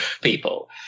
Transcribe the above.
people